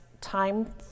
time